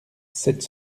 sept